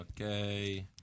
Okay